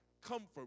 comfort